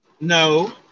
No